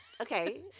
okay